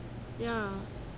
ya